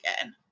again